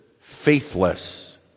faithless